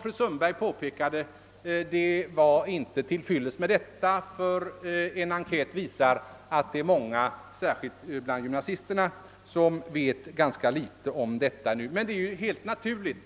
Fru Sundberg påpekade att det inte var till fyllest, eftersom en enkät visar att många, särskilt bland gymnasisterna, vet ganska litet om denna sak. Men det är helt naturligt;